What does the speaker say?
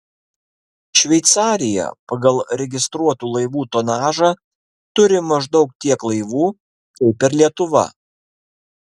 šveicarija pagal registruotų laivų tonažą turi maždaug tiek laivų kaip ir lietuva